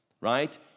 right